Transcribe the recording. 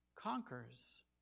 conquers